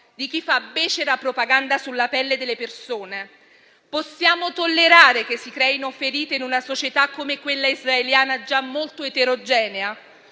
di chi fa becera propaganda sulla pelle delle persone? Possiamo tollerare che si creino ferite in una società come quella israeliana, già molto eterogenea?